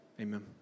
Amen